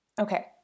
Okay